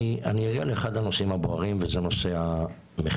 אני אגיע לאחד הנושאים הבוערים, וזה נושא המחיר.